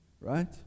Right